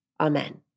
Amen